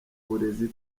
burezi